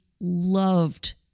loved